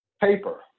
paper